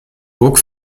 burg